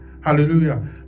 Hallelujah